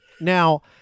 now